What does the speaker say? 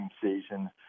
season